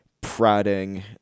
prodding